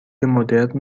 مدرن